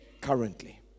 currently